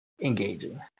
engaging